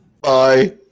Bye